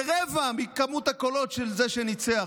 לרבע מכמות הקולות של זה שניצח,